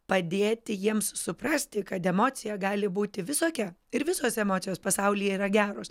padėti jiems suprasti kad emocija gali būti visokia ir visos emocijos pasaulyje yra geros